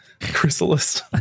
Chrysalis